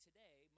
Today